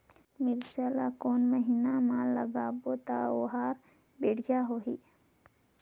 मिरचा ला कोन महीना मा लगाबो ता ओहार बेडिया होही?